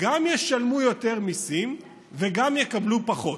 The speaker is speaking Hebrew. גם נשלם יותר מיסים וגם נקבל פחות.